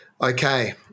okay